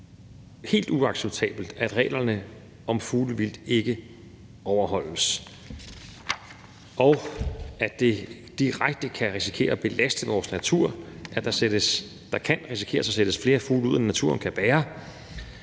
helt uacceptabelt, at reglerne om fuglevildt ikke overholdes, og at det direkte kan risikere at belaste vores natur, at der kan risikeres at sættes flere fugle ud, end naturen kan bære,